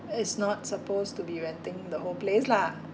it's not supposed to be renting the whole place lah